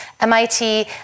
MIT